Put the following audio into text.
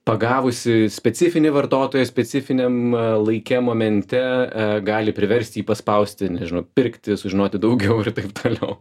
pagavusi specifinį vartotoją specifiniam laike momente gali priversti jį paspausti nežinau pirkti sužinoti daugiau ir toliau